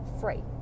free